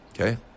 Okay